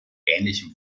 ähnlichem